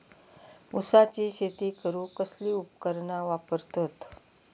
ऊसाची शेती करूक कसली उपकरणा वापरतत?